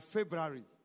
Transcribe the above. February